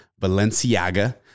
Valenciaga